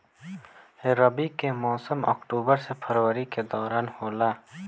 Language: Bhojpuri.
रबी के मौसम अक्टूबर से फरवरी के दौरान होला